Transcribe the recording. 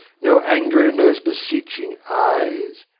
no anger in those beseeching eyes?